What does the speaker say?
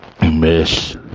miss